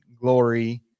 glory